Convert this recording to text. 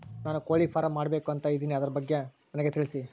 ನಾನು ಕೋಳಿ ಫಾರಂ ಮಾಡಬೇಕು ಅಂತ ಇದಿನಿ ಅದರ ಬಗ್ಗೆ ನನಗೆ ತಿಳಿಸಿ?